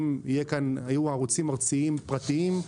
יהיו כאן ערוצים ארציים פרטיים,